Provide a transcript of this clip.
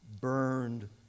burned